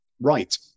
right